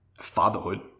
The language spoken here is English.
fatherhood